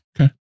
okay